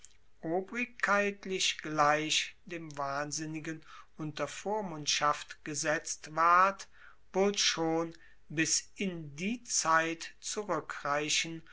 obrigkeitlich gleich dem wahnsinnigen unter vormundschaft gesetzt ward wohl schon bis in die zeit zurueckreichen